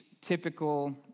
typical